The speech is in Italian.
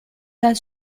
dal